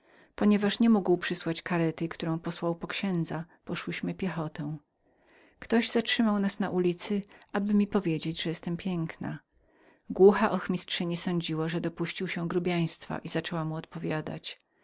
ale nie mógł przysłać karety posłał ją bowiem po księdza poszłyśmy więc piechotą ktoś zatrzymał nas na ulicy aby nam powiedzieć że znajdował mnie piękną głucha ochmistrzyni sądziła że dopuszczał się grubijaństwa i zaczęła mu odpowiadać